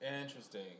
Interesting